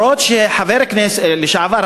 אף שחבר הכנסת לשעבר,